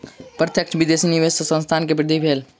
प्रत्यक्ष विदेशी निवेश सॅ संस्थान के वृद्धि भेल